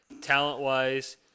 talent-wise